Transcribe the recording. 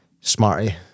Smarty